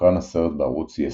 הוקרן הסרט בערוץ יס-דוקו,